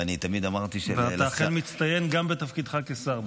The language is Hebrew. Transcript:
ואתה אכן מצטיין גם בתפקידך כשר.